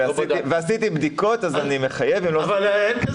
ועשיתי בדיקות אז אני מחייב --- אבל אין כזה